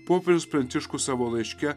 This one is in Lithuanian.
popiežius pranciškus savo laiške